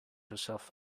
herself